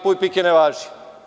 Puj pike ne važi.